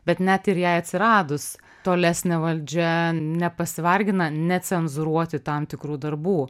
bet net ir jai atsiradus tolesnė valdžia nepasivargina necenzūruoti tam tikrų darbų